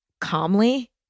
calmly